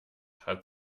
hat